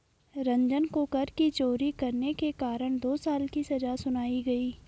रंजन को कर की चोरी करने के कारण दो साल की सजा सुनाई गई